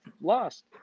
lost